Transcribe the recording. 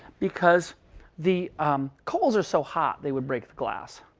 because the coals are so hot they would break the glass.